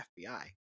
FBI